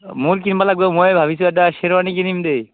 মোৰ কিনিব লাগিব মই ভাবিছোঁ এটা শ্ৱেৰৱানী কিনিম দে